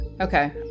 Okay